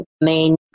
main